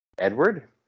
Edward